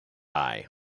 eye